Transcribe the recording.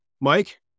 Mike